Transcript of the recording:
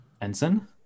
Ensign